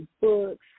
books